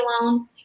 alone